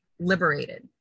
liberated